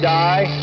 die